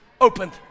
opened